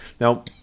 Now